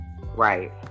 Right